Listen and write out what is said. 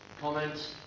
Comments